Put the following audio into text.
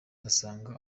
basanga